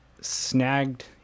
snagged